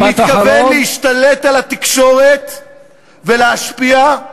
הוא מתכוון להשתלט על התקשורת ולהשפיע,